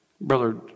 Brother